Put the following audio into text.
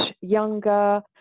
younger